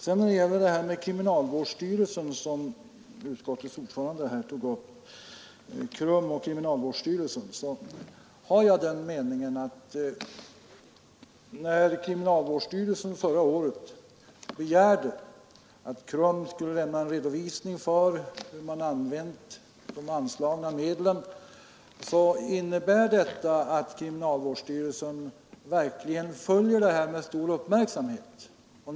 När det sedan gäller frågan om KRUM och kriminalvårdsstyrelsen, som utskottets ordförande tog upp, har jag den meningen att kriminalvårdsstyrelsens begäran förra året att KRUM skulle lämna en redovisning för hur man använt de anslagna medlen innebär, att kriminalvårdsstyrelsen verkligen med stor uppmärksamhet följer utvecklingen.